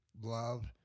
love